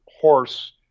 horse